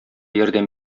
ярдәм